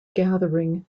gathering